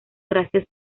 gracias